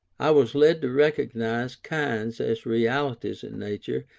i was led to recognize kinds as realities in nature,